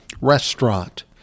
restaurant